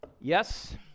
Yes